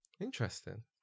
Interesting